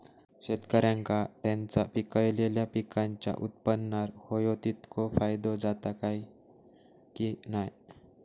शेतकऱ्यांका त्यांचा पिकयलेल्या पीकांच्या उत्पन्नार होयो तितको फायदो जाता काय की नाय?